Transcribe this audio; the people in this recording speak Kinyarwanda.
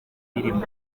birimo